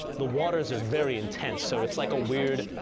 the waters are very intense. so it's like a weird,